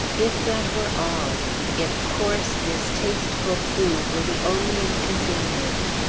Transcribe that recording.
if that were all if coarse, distasteful food were the only inconvenience!